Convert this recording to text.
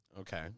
Okay